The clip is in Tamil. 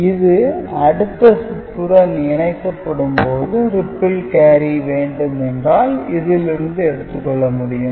இது அடுத்த சுற்றுடன் இணைக்கப்படும் போது ரிப்பிள் கேரி வேண்டும் என்றால் இதிலிருந்து எடுத்துக் கொள்ள முடியும்